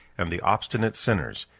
and the obstinate sinners,